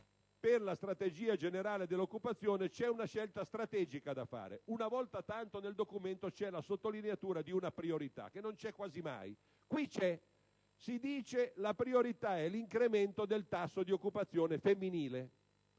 nella strategia generale per l'occupazione c'è una scelta chiave da fare (una volta tanto, nel documento, c'è la sottolineatura di una priorità, cosa che non accade quasi mai). Qui c'è: si dice che la priorità è l'incremento del tasso di occupazione femminile.